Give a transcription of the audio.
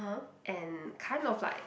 and kind of like